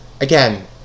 Again